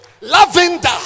lavender